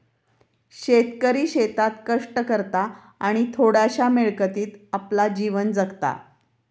शेतकरी शेतात कष्ट करता आणि थोड्याशा मिळकतीत आपला जीवन जगता